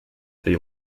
they